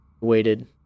waited